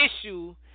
issue